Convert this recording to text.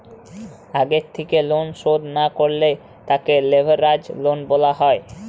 আগে থেক্যে লন শধ না করলে তাকে লেভেরাজ লন বলা হ্যয়